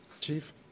Chief